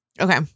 Okay